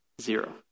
Zero